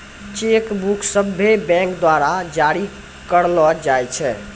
cheque book सभ्भे bank द्वारा जारी करलो जाय छै